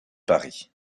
paris